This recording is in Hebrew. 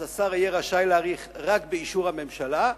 אז השר יהיה רשאי להאריך רק באישור הממשלה.